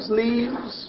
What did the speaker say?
leaves